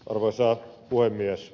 arvoisa puhemies